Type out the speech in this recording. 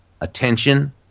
attention